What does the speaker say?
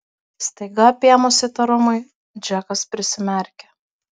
staiga apėmus įtarumui džekas prisimerkė